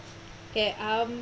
K um